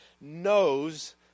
knows